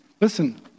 listen